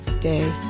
day